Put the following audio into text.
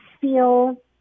feel